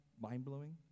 mind-blowing